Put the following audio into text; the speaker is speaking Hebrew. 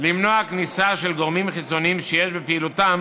למנוע כניסה של גורמים חיצוניים שיש בפעילותם